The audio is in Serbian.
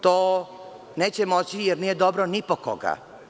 To neće moći, jer nije dobro ni po koga.